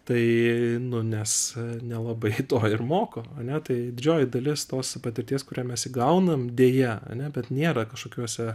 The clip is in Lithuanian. tai nu nes nelabai to ir moka ane tai didžioji dalis tos patirties kurią mes įgaunam deja ane bet nėra kažkokiuose